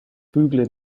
bügle